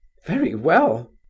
very well.